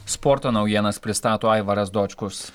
sporto naujienas pristato aivaras dočkus